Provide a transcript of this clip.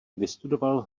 vystudoval